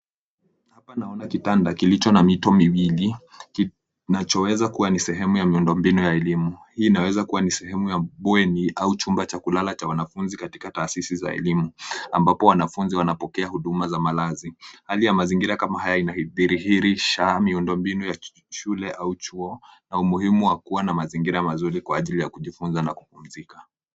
Hapa naona kitanda kilicho na mito miwili kinacho weza kuwa nai sehemu ya miunfo mbinu ya elimu. Hii ina weza kuwa ni sehemu ya bweni au chumba kulala cha wanafunzi katika taasisi za elimu ambapo wanafunzi wana pokea huduma za malazi, hali ya mazingira yana dhihirisha miundo mbinu ya shule au chuo na umuhimu wa mazingira mazuri kwa jili ya kujifunza na kuburudika.